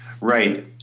Right